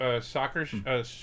soccer